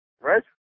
Right